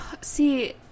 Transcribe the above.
See